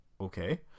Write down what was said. Okay